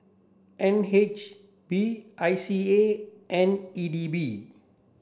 N H B I C A and E D B